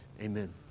Amen